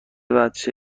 بچه